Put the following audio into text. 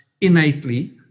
innately